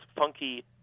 funky